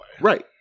Right